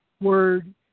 word